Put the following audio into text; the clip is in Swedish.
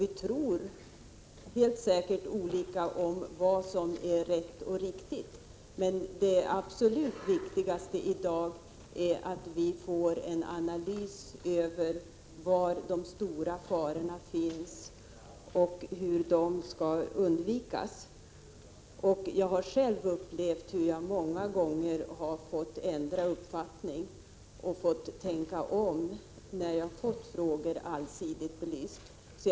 Vi har helt säkert olika uppfattningar om vad som är rätt och riktigt, men det absolut viktigaste i dag är att vi får en analys av var de stora farorna finns och hur de skall kunna undvikas. Jag har själv många gånger upplevt att man kan få ändra uppfattning och tänka om när man har fått frågor allsidigt belysta.